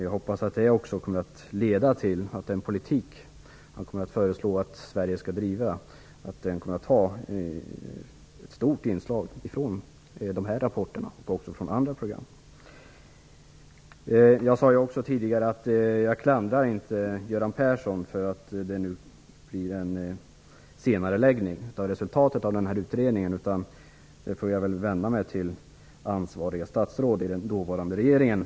Jag hoppas att det kommer att leda till att den politik som finansministern föreslår att Sverige skall driva kommer att ha ett stort inslag från de här rapporterna. Jag sade tidigare att jag inte klandrar Göran Persson för att det nu blir en senareläggning av resultatet av utredningen. För det får jag väl vända mig till ansvariga statsråd i den dåvarande regeringen.